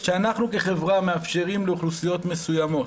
כשאנחנו כחברה מאפשרים לאוכלוסיות מסוימות